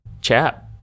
chap